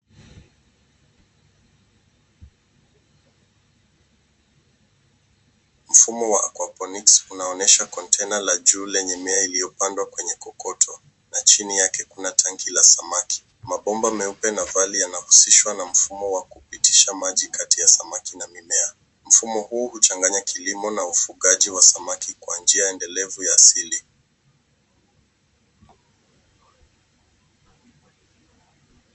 Mfumo wa hydroponics unaonyesha [c]container la juu na mimea iliyopandwa kwenye kokoto, na chini yake kuna tanki la samaki. Mabomba meupe na vali yanahusishwa na mfumo wa kupitisha maji kati ya samaki na mimea. Mfumo huu huchanganya kilimo na ufugaji wa samaki kwa njia endelevu ya asili.